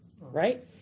right